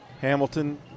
Hamilton